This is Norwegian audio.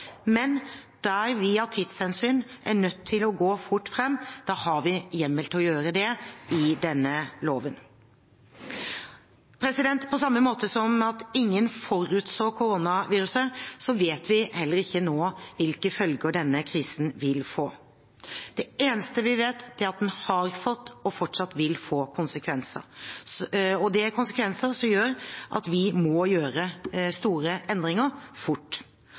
men der vi av tidshensyn er nødt til å gå fort fram, har vi hjemmel til å gjøre det i denne loven. På samme måte som ingen forutså koronaviruset, vet vi heller ikke nå hvilke følger denne krisen vil få. Det eneste vi vet, er at den har fått og fortsatt vil få konsekvenser, og det er konsekvenser som gjør at vi må gjøre store endringer fort.